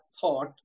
thought